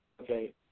Okay